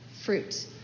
fruit